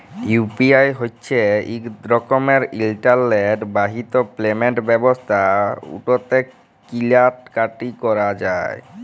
UPI হছে ইক রকমের ইলটারলেট বাহিত পেমেল্ট ব্যবস্থা উটতে কিলা কাটি ক্যরা যায়